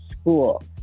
school